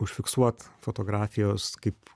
užfiksuot fotografijos kaip